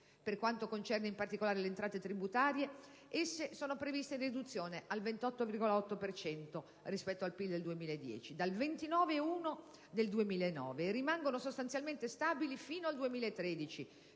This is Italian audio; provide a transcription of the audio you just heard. Per quanto concerne in particolare le entrate tributarie, esse sono previste in riduzione al 28,8 per cento rispetto al PIL del 2010, dal 29,1 per cento del 2009, e rimangono sostanzialmente stabili sino al 2013,